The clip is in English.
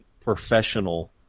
professional